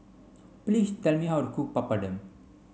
please tell me how to cook Papadum